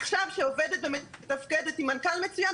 עכשיו שעובדת ומתפקדת עם מנכ"ל מצויין.